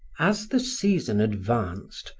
as the season advanced,